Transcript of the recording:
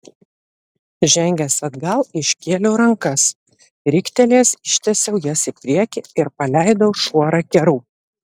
žengęs atgal iškėliau rankas riktelėjęs ištiesiau jas į priekį ir paleidau šuorą kerų